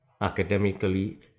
Academically